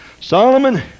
Solomon